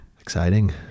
Exciting